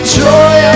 joy